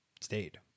stayed